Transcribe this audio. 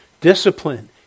Discipline